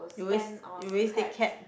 you always you always take cab